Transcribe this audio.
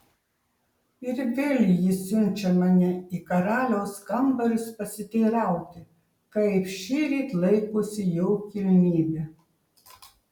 ir vėl ji siunčia mane į karaliaus kambarius pasiteirauti kaip šįryt laikosi jo kilnybė